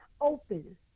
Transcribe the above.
open